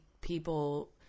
people